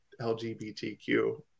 LGBTQ